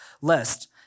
lest